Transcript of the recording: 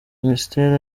minisiteri